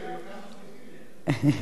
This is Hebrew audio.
אנחנו חייבים לך.